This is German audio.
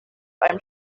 einem